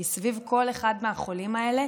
כי סביב כל אחד מהחולים האלה